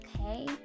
Okay